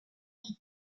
qui